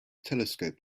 telescope